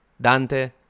Dante